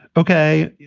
ok,